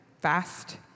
fast